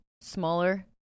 smaller